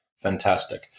fantastic